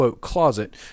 closet